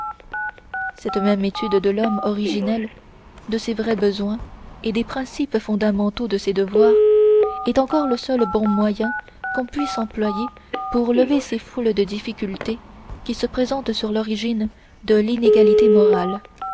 cette même étude de l'homme originel de ses vrais besoins et des principes fondamentaux de ses devoirs est encore le seul bon moyen qu'on puisse employer pour lever ces foules de difficultés qui se présentent sur l'origine de l'inégalité morale